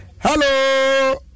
Hello